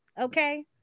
Okay